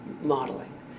modeling